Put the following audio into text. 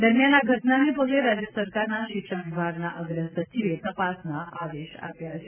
દરમ્યાન આ ઘટનાને પગલે રાજ્ય સરકારના શિક્ષણ વિભાગના અગ્રસચિવે તપાસના આદેશ આપ્યાં છે